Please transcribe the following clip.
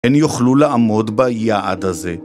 ‫הן יוכלו לעמוד ביעד הזה.